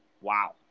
Wow